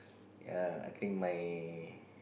ya I think my